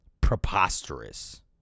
preposterous